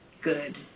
good